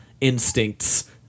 instincts